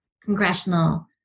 congressional